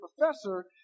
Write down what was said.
professor